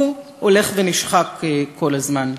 הוא הולך ונשחק כל הזמן.